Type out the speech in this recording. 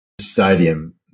stadium